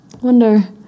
Wonder